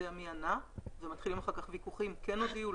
מי ענה ואחר כך מתחילים ויכוחים: כן הודיעו,